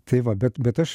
tai va bet bet aš